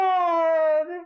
God